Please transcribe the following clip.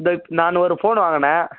இதோ நான் ஒர் ஃபோனு வாங்கினேன்